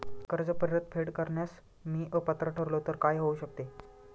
कर्ज परतफेड करण्यास मी अपात्र ठरलो तर काय होऊ शकते?